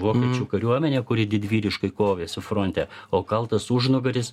vokiečių kariuomenė kuri didvyriškai kovėsi fronte o kaltas užnugaris